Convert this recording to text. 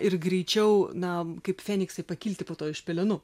ir greičiau na kaip feniksai pakilti po to iš pelenų